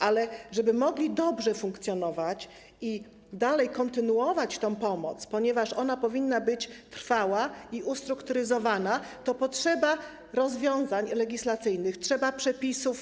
Ale żeby mogli dobrze funkcjonować i kontynuować tę pomoc, ponieważ ona powinna być trwała i ustrukturyzowana, potrzeba rozwiązań legislacyjnych, potrzeba nowych przepisów.